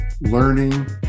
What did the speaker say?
learning